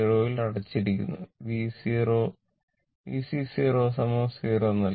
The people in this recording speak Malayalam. ൽ അടച്ചിരിക്കുന്നു Vc 0 0 നൽകി